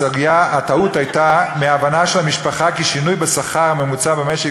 הטעות הייתה בהבנה של המשפחה כי שינוי בשכר הממוצע במשק